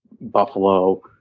Buffalo